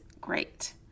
great